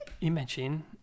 imagine